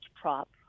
prop